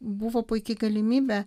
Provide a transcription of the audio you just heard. buvo puiki galimybė